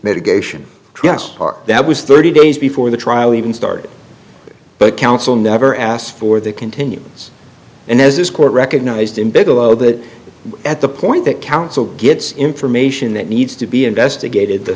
medication yes that was thirty days before the trial even started but counsel never asked for the continuance and as this court recognized in bigelow that at the point that counsel gets information that needs to be investigated the